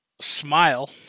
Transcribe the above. Smile